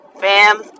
bam